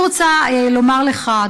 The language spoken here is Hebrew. אני רוצה לומר לך,